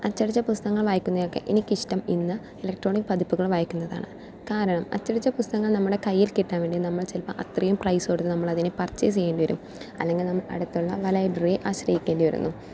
അച്ചടിച്ച പുസ്തകങ്ങൾ വായിക്കുന്നതൊക്കെ എനിക്കിഷ്ടം ഇന്ന് ഇലക്ട്രോണിക് പതിപ്പുകൾ വായിക്കുന്നതാണ് കാരണം അച്ചടിച്ച പുസ്തകങ്ങൾ നമ്മുടെ കയ്യിൽ കിട്ടാൻ വേണ്ടി നമ്മൾ ചിലപ്പോൾ അത്രയും പ്രൈസ് കൊടുത്ത് നമ്മൾ അതിനെ പർച്ചേസ് ചെയ്യേണ്ടി വരും അല്ലെങ്കിൽ നമ്മൾ അടുത്തുള്ള ലൈബ്രറിയെ ആശ്രയിക്കേണ്ടി വരുന്നു